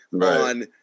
on –